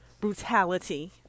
brutality